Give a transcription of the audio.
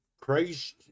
Christ